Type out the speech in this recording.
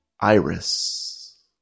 Iris